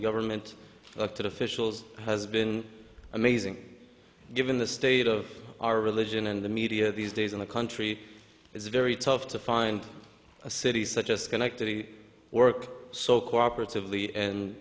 government elected officials has been amazing given the state of our religion and the media these days in the country it's very tough to find a city such as schenectady work so cooperatively and